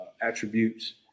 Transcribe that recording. attributes